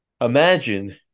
Imagine